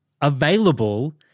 available